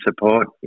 support